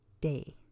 day